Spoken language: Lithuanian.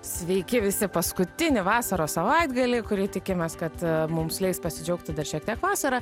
sveiki visi paskutinį vasaros savaitgalį kurį tikimės kad mums leis pasidžiaugti dar šiek tiek vasara